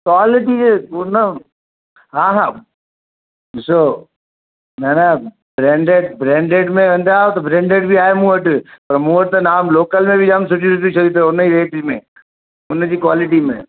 quality इहे हुन हा हा ॾिसो न न ब्रेंडिड ब्रेंडिड में वेंदा आहियो त ब्रेंडिड बि आहे मूं वटि पर मूं वटि न लोकल में बि जामु सुठी सुठी शयूं अथव हुन ई रेट में हुनजी क्वालिटी में